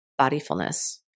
bodyfulness